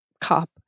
COP